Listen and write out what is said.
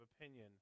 opinion